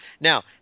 Now